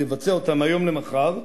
שאפשר לבצע אותן מהיום למחר,